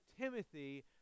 Timothy